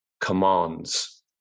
commands